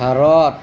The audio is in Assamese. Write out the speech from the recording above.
ভাৰত